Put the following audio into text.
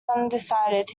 undecided